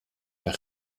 mehr